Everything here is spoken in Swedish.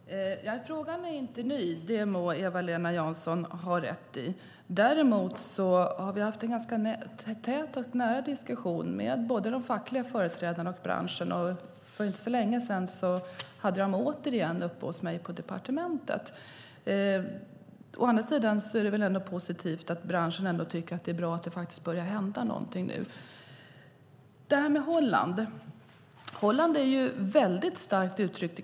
Fru talman! Frågan är inte ny. Det må Eva-Lena Jansson ha rätt i. Däremot har vi haft en ganska tät och nära diskussion med både de fackliga företrädarna och branschen. Och för inte så länge sedan hade jag dem återigen uppe hos mig på departementet. Å andra sidan är det väl positivt att branschen ändå tycker att det är bra att det faktiskt börjar hända någonting nu. Sedan var det detta med Holland.